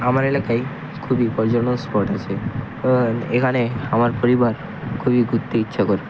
আমার এলাকায় খুবই পর্যটন স্পট আছে এখানে আমার পরিবার খুবই ঘুরতে ইচ্ছা করে